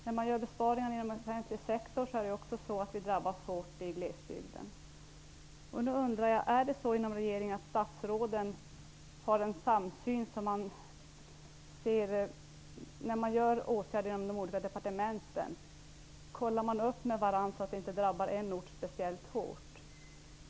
När man gör besparingar inom den offentliga sektorn drabbas ju glesbygden också hårt. Nu undrar jag om det är så inom regeringen att statsråden har en samsyn när man vidtar åtgärder i de olika departementen. Kollar man med varandra så att det inte drabbar en ort speciellt hårt?